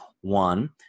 One